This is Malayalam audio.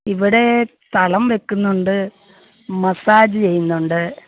ഇവിടെ തളം വെക്കുന്നുണ്ട് മസാജ് ചെയ്യുന്നുണ്ട്